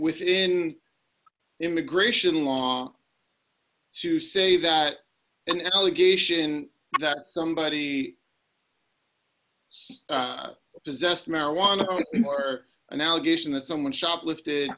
within immigration law to say that an allegation that somebody possessed marijuana or an allegation that someone shoplift